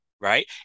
right